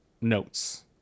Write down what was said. notes